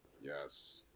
yes